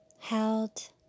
held